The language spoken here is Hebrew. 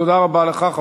תודה רבה לך.